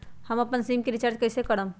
हम अपन SIM recharge कइसे करम?